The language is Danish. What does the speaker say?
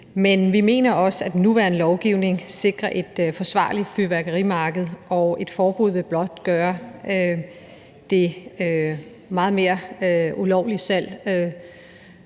Men jeg mener også, at den nuværende lovgivning sikrer et forsvarligt fyrværkerimarked, og at et forbud blot vil gøre det ulovlige salg